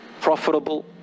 profitable